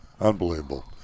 Unbelievable